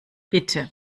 bitte